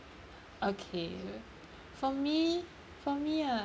okay for me for me ah